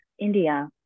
India